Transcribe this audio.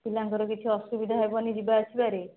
ପିଲାଙ୍କର କିଛି ଅସୁବିଧା ହେବନି ଯିବା ଆସିବାରେ